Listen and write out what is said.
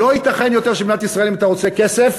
לא ייתכן יותר שבמדינת ישראל אם אתה רוצה כסף,